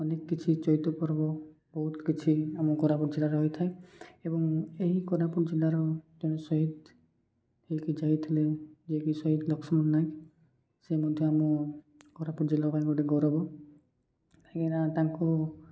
ଅନେକ କିଛି ଚୈତ ପର୍ବ ବହୁତ କିଛି ଆମ କୋରାପୁଟ ଜିଲ୍ଲାରେ ହୋଇଥାଏ ଏବଂ ଏହି କୋରାପୁଟ ଜିଲ୍ଲାର ଜଣେ ସହିଦ ହେଇକି ଯାଇଥିଲେ ଯିଏକି ସହିଦ ଲକ୍ଷ୍ମଣ ନାୟକ ସେ ମଧ୍ୟ ଆମ କୋରାପୁଟ ଜିଲ୍ଲା ପାଇଁ ଗୋଟେ ଗୌରବ କାହିଁକିନା ତାଙ୍କୁ